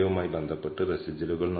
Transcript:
അതിനാൽ താഴ്ന്ന critical value 2